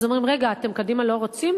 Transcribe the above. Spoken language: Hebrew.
אז אומרים: רגע, אתם, קדימה, לא רוצים?